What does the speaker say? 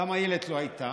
גם איילת לא הייתה,